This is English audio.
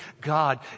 God